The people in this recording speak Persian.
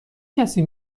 کسی